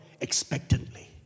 expectantly